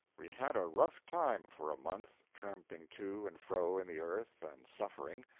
we had a rough time for a month, tramping to and fro in the earth, and suffering.